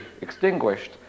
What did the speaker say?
extinguished